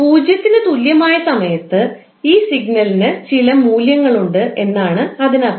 0 ന് തുല്യമായ സമയത്ത് ഈ സിഗ്നലിന് ചില മൂല്യങ്ങളുണ്ട് എന്നാണ് അതിനർത്ഥം